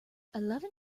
eleven